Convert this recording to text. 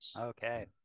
Okay